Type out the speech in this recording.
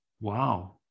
Wow